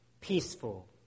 peaceful